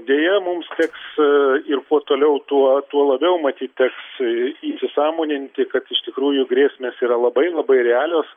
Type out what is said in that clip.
deja mums teks ir kuo toliau tuo tuo labiau matyt teks įsisąmoninti kad iš tikrųjų grėsmės yra labai labai realios